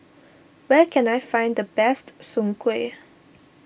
where can I find the best Soon Kway